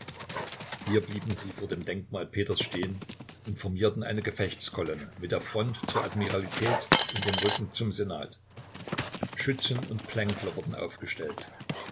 hier blieben sie vor dem denkmal peters stehen und formierten eine gefechtskolonne mit der front zur admiralität und dem rücken zum senat schützen und plänkler wurden aufgestellt